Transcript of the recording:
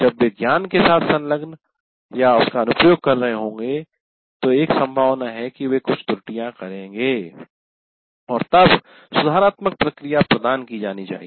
जब वे ज्ञान के साथ संलग्नउसका अनुप्रयोग कर रहे होंगे हैं तो एक संभावना है कि वे कुछ त्रुटियां करेंगे और तब सुधारात्मक प्रतिक्रिया प्रदान की जानी चाहिए